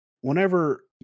whenever